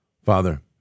father